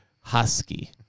Husky